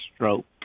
stroke